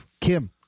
Kim